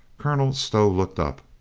colonel stow looked up.